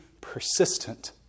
persistent